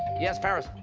yes, paris?